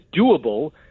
doable